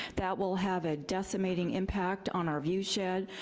that will have a decimating impact on our view shed,